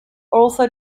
also